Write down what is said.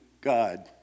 God